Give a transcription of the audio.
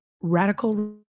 radical